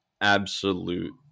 absolute